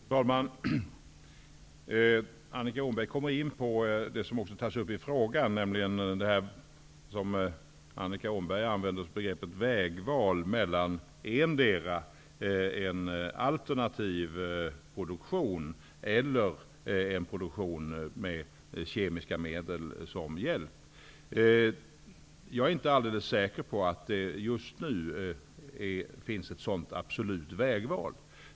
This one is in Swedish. Fru talman! Annika Åhnberg tar nu upp, liksom hon gjorde i frågan, begreppet vägval när det gäller val mellan alternativ produktion och produktion där man tar hjälp av kemiska medel. Jag är inte säker på att det just nu finns ett sådant absolut vägval.